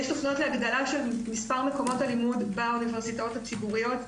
יש תוכניות להגדלת מספר מקומות הלימוד באוניברסיטאות הציבוריות,